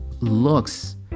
looks